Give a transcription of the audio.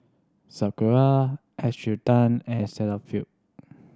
Sakura Encik Tan and Cetaphil